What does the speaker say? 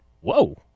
whoa